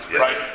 Right